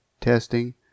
testing